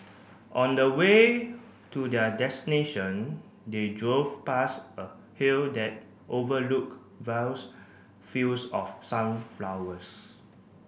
on the way to their destination they drove past a hill that overlooked vast fields of sunflowers